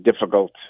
difficult